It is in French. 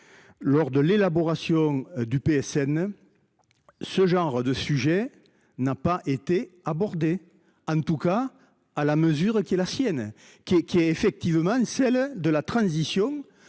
Lors de l'élaboration du PSN. Ce genre de sujet n'a pas été abordé en tout cas à la mesure qui est la sienne, qui est, qui est effectivement celle de la transition